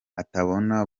atabona